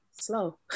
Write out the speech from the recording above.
slow